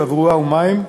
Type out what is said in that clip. תברואה ומים,